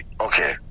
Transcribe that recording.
okay